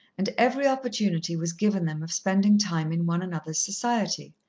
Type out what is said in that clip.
and every opportunity was given them of spending time in one another's society.